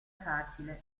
facile